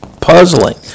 puzzling